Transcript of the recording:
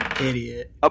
Idiot